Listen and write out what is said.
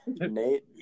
Nate